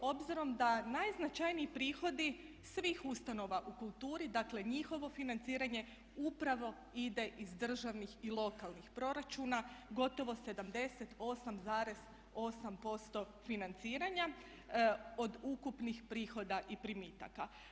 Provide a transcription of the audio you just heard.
Obzirom da najznačajniji prihodi svih ustanova u kulturi, dakle njihovo financiranje upravo ide iz državnih i lokalnih proračuna, gotovo 78,8% financiranja od ukupnih prihoda i primitaka.